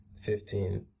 fifteen